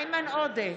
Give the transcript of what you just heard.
איימן עודה,